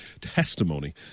testimony